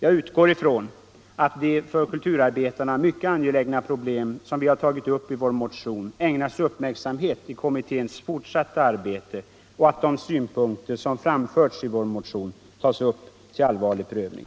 Jag utgår ifrån att de för kulturarbetarna mycket angelägna problem som vi tagit upp i vår motion ägnas speciell uppmärksamhet i kommitténs fortsatta arbete och att de synpunkter som framförts i vår motion blir föremål för allvarlig prövning.